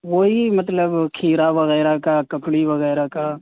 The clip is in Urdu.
وہی مطلب کھیرا وغیرہ کا ککری وغیرہ کا